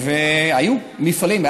היו מפעלים,